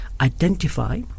identify